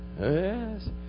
Yes